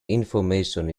information